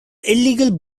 illegal